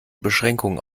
beschränkungen